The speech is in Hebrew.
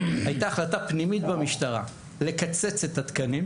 הייתה החלטה פנימית במשטרה לקצץ את התקנים.